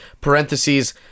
parentheses